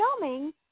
filming